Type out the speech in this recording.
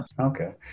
Okay